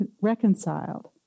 reconciled